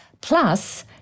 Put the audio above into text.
plus